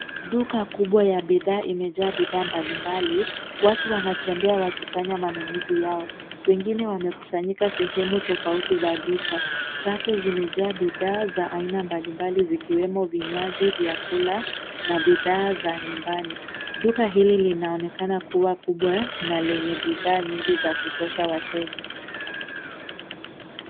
Duka kubwa ya bidhaa imeja bidhaa mbalimbali, watu wanatembea wakifanya manunuzi yao wengine wamekusanyika sehemu tofauti za duka, rafu zimejaa bidha za aina mbalimbali zikiwemo vinywaji, vyakula na bidhaa za nyumbani duka hili linaonekana kuwa kubwa na lenye bidhaa nyingi za kutosha wateja.